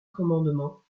commandement